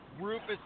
Rufus